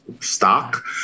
stock